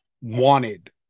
wanted